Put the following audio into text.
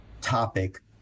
topic